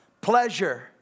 Pleasure